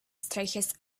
stretches